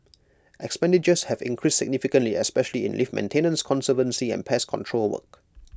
expenditures have increased significantly especially in lift maintenance conservancy and pest control work